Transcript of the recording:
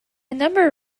number